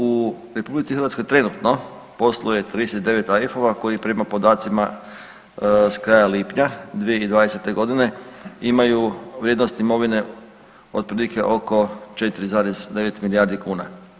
U RH trenutno posluje 39 AIF-ova koji prema podacima s kraja lipnja 2020. godine imaju vrijednost imovine otprilike oko 4,9 milijardi kuna.